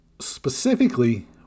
specifically